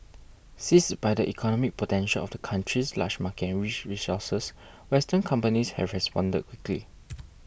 seized by the economic potential of the country's large market and rich resources western companies have responded quickly